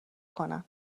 کنن